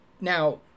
Now